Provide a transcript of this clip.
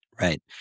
Right